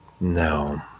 No